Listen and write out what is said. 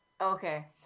Okay